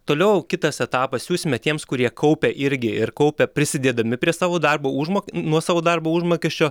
toliau kitas etapas siųsime tiems kurie kaupia irgi ir kaupia prisidėdami prie savo darbo užmok nuo savo darbo užmokesčio